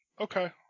Okay